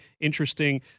interesting